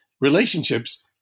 relationships